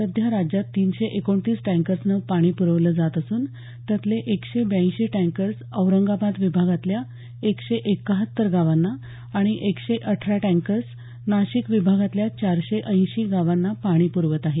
सध्या राज्यात तीनशे एकोणतीस टँकर्सनं पाणी पुरवलं जात असून त्यातले एकशे ब्याऐंशी टँकर्स औरंगाबाद विभागातल्या एकशे एक्काहत्तर गावांना आणि एकशे अठरा टँकर्स नाशिक विभागातल्या चारशे ऐंशी गावांना पाणी प्रवत आहेत